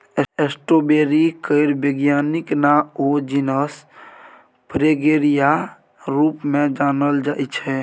strawberry केर बैज्ञानिक नाओ जिनस फ्रेगेरिया रुप मे जानल जाइ छै